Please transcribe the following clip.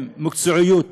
במקצועיות,